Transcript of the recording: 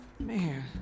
Man